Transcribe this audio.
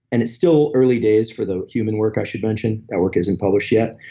and it's still early days for the human work, i should mention that work isn't published yet,